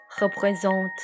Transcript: représente